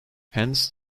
hence